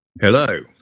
Hello